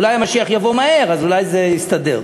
אולי המשיח יבוא מהר, אז אולי זה יסתדר.